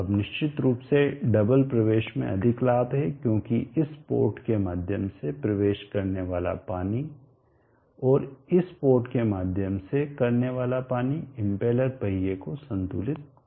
अब निश्चित रूप से डबल double दोहरा प्रवेश में अधिक लाभ है क्योंकि इस पोर्ट के माध्यम से प्रवेश करने वाला पानी और इस पोर्ट के माध्यम से करने वाला पानी इम्पेलर पहिये को संतुलित करेगा